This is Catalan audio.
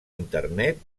internet